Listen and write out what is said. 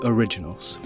Originals